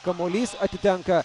kamuolys atitenka